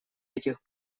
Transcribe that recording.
этих